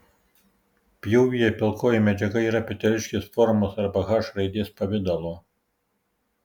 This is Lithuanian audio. pjūvyje pilkoji medžiaga yra peteliškės formos arba h raidės pavidalo